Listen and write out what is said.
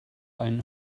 ein